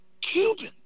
Cuban